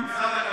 משרד הכלכלה.